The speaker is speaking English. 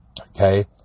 Okay